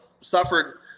suffered